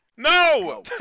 No